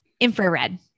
infrared